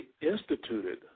instituted